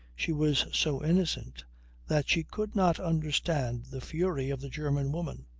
she was so innocent that she could not understand the fury of the german woman.